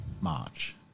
march